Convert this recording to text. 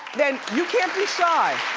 then you can't be shy.